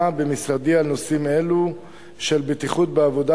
במשרדי על נושאים אלו של בטיחות בעבודה,